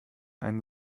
einen